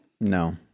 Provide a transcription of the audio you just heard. No